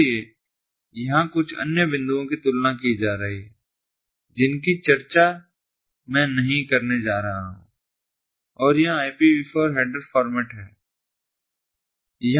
इसलिए यहां कुछ अन्य बिंदुओं की तुलना की जा रही है जिनकी चर्चा में नहीं करने जा रहा हूं और यहां IPV4 हेडर फॉर्मेट है